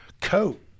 coat